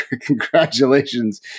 congratulations